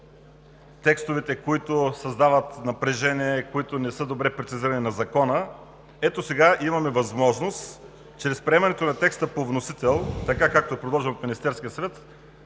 Закона, които създават напрежение, които не са добре прецизирани, ето сега имаме възможност чрез приемането на текста по вносител, както е предложен от Министерския съвет,